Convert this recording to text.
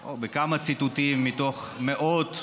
או בכמה ציטוטים, מתוך מאות ציטוטים,